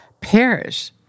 perish